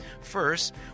First